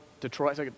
Detroit